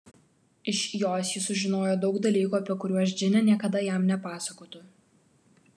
iš jos jis sužinojo daug dalykų apie kuriuos džinė niekada jam nepasakotų